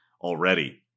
already